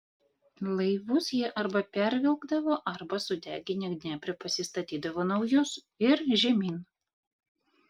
laivus jie arba pervilkdavo arba sudeginę dniepre pasistatydavo naujus ir žemyn